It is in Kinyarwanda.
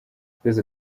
twese